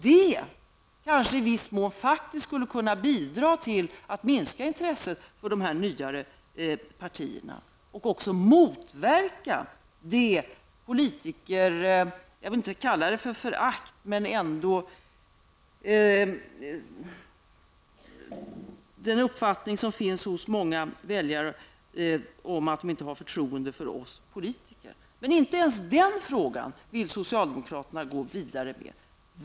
Det kanske i viss mån faktiskt skulle kunna bidra till att minska intresset för de nyare partierna och motverka -- jag vill inte kalla det politikerförakt -- den uppfattning som finns hos många väljare om att de inte har förtroende för oss politiker. Men inte ens den frågan vill socialdemokraterna gå vidare med.